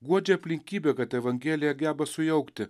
guodžia aplinkybė kad evangelija geba sujaukti